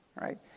right